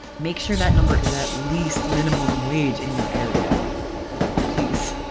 make sure that number is at least minimum wage in your area please.